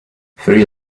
three